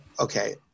okay